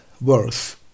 worse